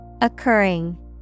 Occurring